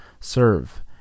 serve